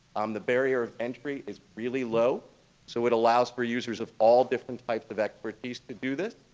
um the barrier of entry is really low so it allows for users of all different types of expertise to do this.